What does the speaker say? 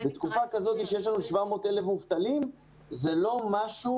בתקופה כזאת שיש לנו 700,000 מובטלים זה לא משהו